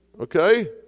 okay